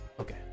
Okay